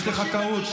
יש לך טעות,